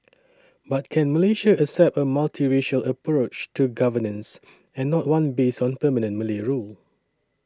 but can Malaysia accept a multiracial approach to governance and not one based on permanent Malay rule